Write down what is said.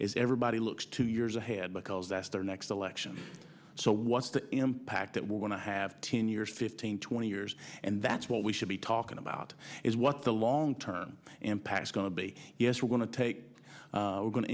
is everybody looks two years ahead because that's their next election so what's the impact that we're going to have ten years fifteen twenty years and that's what we should be talking about is what the long term impact is going to be yes we're going to take we're going to